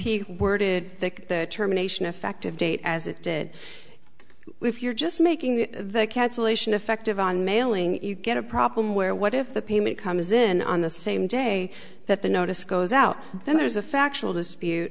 he worded think that terminations effective date as it did if you're just making the cancellation effective on mailing it you get a problem where what if the payment comes in on the same day that the notice goes out then there's a factual dispute